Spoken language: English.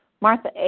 Martha